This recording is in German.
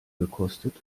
gekostet